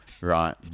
right